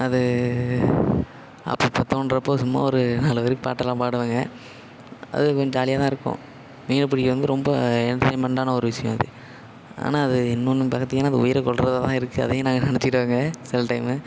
அது அப்பப்ப தோணுறப்ப சும்மா ஒரு நாலு வரி பாட்டெல்லாம் பாடுவாங்க அது கொஞ்சம் ஜாலியாகதான் இருக்கும் மீன் பிடிக்கிறது வந்து ரொம்ப என்டர்டைமண்ட்டான ஒரு விஷயம் அது ஆனால் அது இன்னொன்று பார்த்திங்கனா அந்த உயிரை கொல்கிறதுலதான் இருக்குது அதையும் நாங்கள் நினச்சிக்கிட்டங்க சில டைமம்